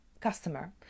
customer